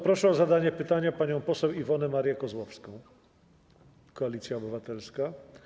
Proszę o zadanie pytania panią poseł Iwonę Marię Kozłowską, Koalicja Obywatelska.